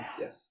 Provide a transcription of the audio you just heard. Yes